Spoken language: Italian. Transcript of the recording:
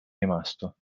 rimasto